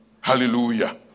Hallelujah